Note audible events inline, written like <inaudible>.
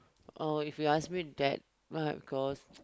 uh if you ask me that right because <noise>